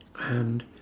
and